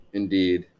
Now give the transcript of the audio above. indeed